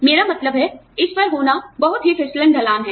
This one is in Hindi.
मेरा मतलब है इस पर होना बहुत ही फिसलन ढलान है